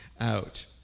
out